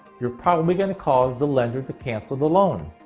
you're probably going to cause the lender to cancel the loan.